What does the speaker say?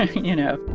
you know?